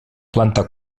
planta